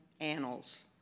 annals